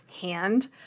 hand